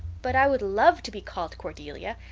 but i would love to be called cordelia.